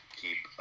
keep